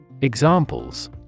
Examples